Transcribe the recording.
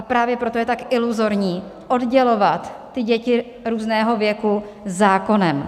Právě proto je tak iluzorní oddělovat děti různého věku zákonem.